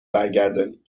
برگردانید